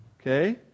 Okay